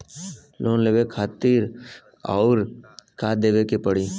Loan लेवे खातिर अउर का देवे के पड़ी?